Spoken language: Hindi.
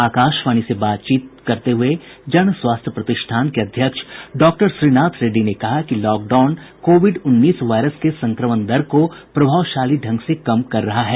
आकाशवाणी से बातचीत करते हुए जन स्वास्थ्य प्रतिष्ठान के अध्यक्ष डॉक्टर श्रीनाथ रेड्डी ने कहा कि लॉकडाउन कोविड उन्नीस वायरस के संक्रमण दर को प्रभावशाली ढंग से कम कर रहा है